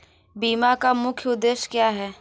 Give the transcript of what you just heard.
बीमा का मुख्य उद्देश्य क्या है?